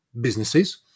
businesses